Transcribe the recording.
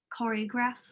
choreograph